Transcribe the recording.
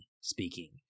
speaking